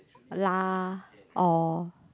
lah or